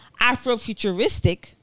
Afrofuturistic